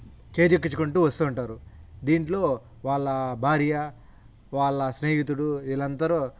చేజిక్కించుకుంటూ వస్తూ ఉంటారు దీంట్లో వాళ్ళ భార్య వాళ్ళ స్నేహితుడు వీళ్ళందరూ